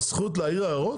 העברנו נייר לוועדה,